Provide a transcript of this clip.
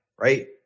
right